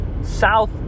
South